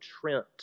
Trent